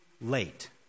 late